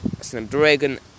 Snapdragon